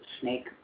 Snake